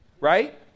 right